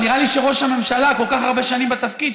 אבל נראה לי שראש הממשלה כל כך הרבה שנים בתפקיד,